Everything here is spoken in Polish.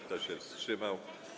Kto się wstrzymał?